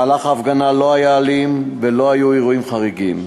מהלך ההפגנה לא היה אלים ולא היו אירועים חריגים.